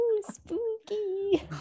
Spooky